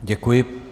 Děkuji.